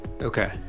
Okay